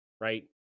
right